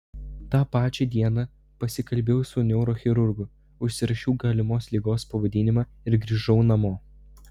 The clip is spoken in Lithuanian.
tą pačią dieną pasikalbėjau su neurochirurgu užsirašiau galimos ligos pavadinimą ir grįžau namo